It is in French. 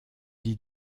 dis